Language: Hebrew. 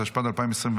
התשפ"ד 2024,